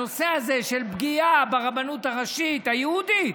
בנושא הזה של פגיעה ברבנות הראשית היהודית,